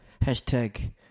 Hashtag